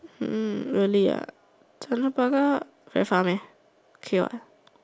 mm really ah tanjong-pagar very far meh okay what